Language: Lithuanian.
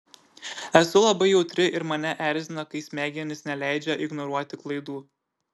esu labai jautri ir mane erzina kai smegenys neleidžia ignoruoti klaidų